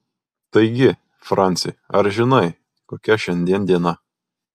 taigi franci ar žinai kokia šiandien diena